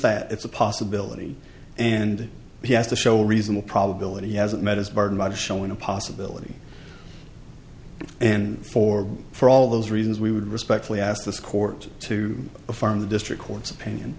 that it's a possibility and he has to show a reasonable probability he hasn't met his bargain about showing a possibility and for for all those reasons we would respectfully ask this court to affirm the district court's opinion